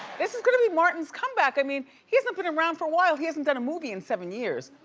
this is gonna be martin's comeback. i mean, he hasn't been around for awhile. he hasn't done a movie in seven years.